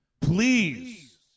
Please